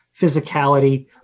physicality